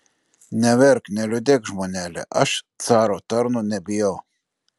neverk neliūdėk žmonele aš caro tarnų nebijau